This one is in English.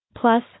Plus